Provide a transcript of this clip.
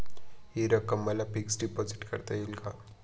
हि रक्कम मला फिक्स डिपॉझिट करता येईल का?